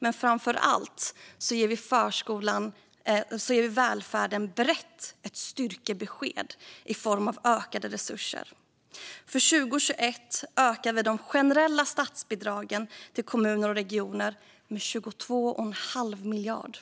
Men framför allt ger vi den breda välfärden ett styrkebesked i form av ökade resurser. För 2021 ökar vi de generella statsbidragen till kommuner och regioner med 22 1⁄2 miljard,